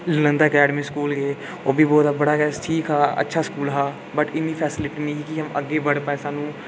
लद्दा academy school गे ओह बी बड़ा ठीक हा अच्छा स्कूल हा बट्ट इन्नी फैसीलिटी नेईं ही कि अस अग्गें बधी पाए स्हानू